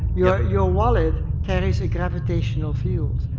your your wallet carries a gravitational field,